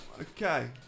okay